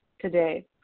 today